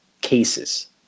cases